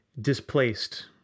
displaced